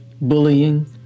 bullying